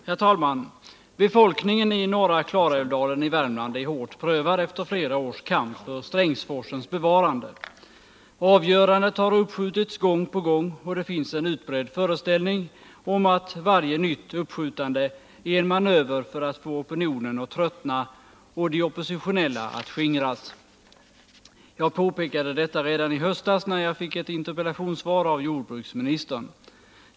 Herr talman! Befolkningen i norra Klarälvsdalen i Värmland är hårt prövad efter flera års kamp för Strängsforsens bevarande. Avgörandet har uppskjutits gång på gång, och det finns en utbredd föreställning om att varje nytt uppskjutande är en manöver för att få opinionen att tröttna och de oppositionella att skingras. Jag påpekade detta redan i höstas när jag fick ett interpellationssvar av jordbruksministern.